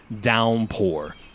downpour